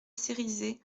cerisay